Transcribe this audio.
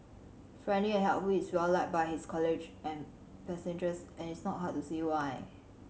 friendly and helpful he is well liked by his college and passengers and it's not hard to see why